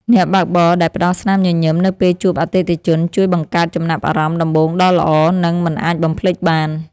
អ្នកបើកបរដែលផ្ដល់ស្នាមញញឹមនៅពេលជួបអតិថិជនជួយបង្កើតចំណាប់អារម្មណ៍ដំបូងដ៏ល្អ និងមិនអាចបំភ្លេចបាន។